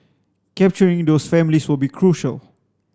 capturing those families will be crucial